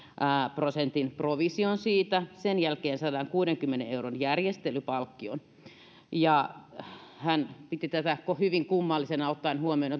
prosentin provision siitä sen jälkeen sadankuudenkymmenen euron järjestelypalkkion hän piti tätä hyvin kummallisena ottaen huomioon